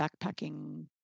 backpacking